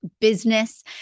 business